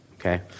okay